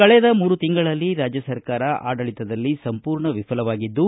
ಕಳೆದ ಮೂರು ತಿಂಗಳಲ್ಲಿ ರಾಜ್ಯ ಸರ್ಕಾರ ಆಡಳಿತದಲ್ಲಿ ಸಂಪೂರ್ಣ ವಿಫಲವಾಗಿದ್ದು